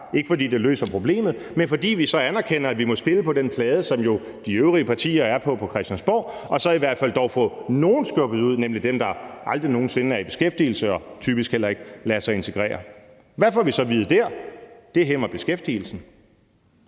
ikke fordi det løser problemet, men fordi vi anerkender, at vi må spille på den plade, som de øvrige partier på Christiansborg spiller på, og så i hvert fald dog få nogle skubbet ud, nemlig dem, der aldrig nogen sinde kommer i beskæftigelse og typisk heller ikke lader sig integrere. Hvad får vi så at vide dér? Vi får at vide, at det hæmmer beskæftigelsen.